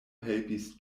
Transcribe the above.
helpis